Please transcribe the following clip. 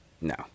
No